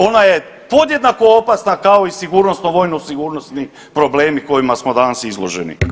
Ona je podjednako opasna kao i sigurnost, vojno sigurnosni problemi kojima smo danas izloženi.